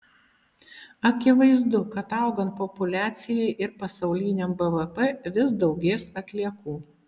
akivaizdu kad augant populiacijai ir pasauliniam bvp vis daugės atliekų